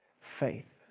Faith